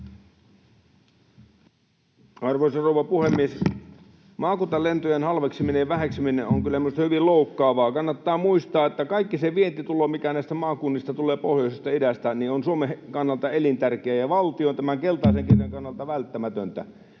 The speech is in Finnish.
Arvoisa rouva puhemies! Maakuntalentojen halveksiminen ja väheksyminen on kyllä minusta hyvin loukkaavaa. Kannattaa muistaa, että kaikki se vientitulo, mikä näistä maakunnista tulee, pohjoisesta ja idästä, on Suomen kannalta elintärkeää ja valtion, tämän keltaisen kirjan, kannalta välttämätöntä.